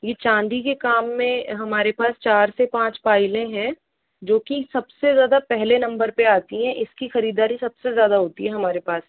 यह चांदी के काम में हमारे पास चार से पाँच पायलें हैं जो की सबसे ज़्यादा पहले नंबर पर आती हैं इसकी खरीददारी सबसे ज़्यादा होती है हमारे पास